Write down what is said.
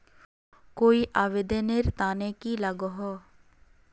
कोई आवेदन नेर तने की लागोहो?